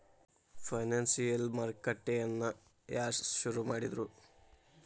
Financial market ನ ಯಾರ್ ಶುರುಮಾಡಿದ್ರು?